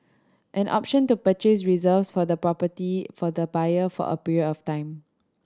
an option to purchase reserves for the property for the buyer for a period of time